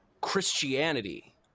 Christianity